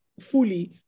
fully